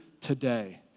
today